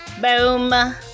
Boom